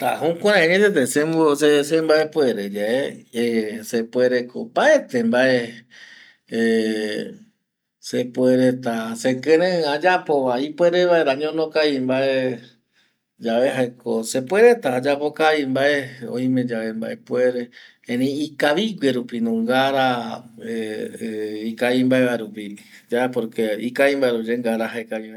Ta jukurai añetete sembaepuere yae sepuere ko opaete mbae sepuereta sekirei ayapova ipuere vaera añono kavi mbae yave jaeko sepuereta ayapo kavi mbae oime yave mbaepuere erei ikavigue rupi no ngara ikavimbae va rupi ya porque ikavimbae va rupi ngara jaekavi oe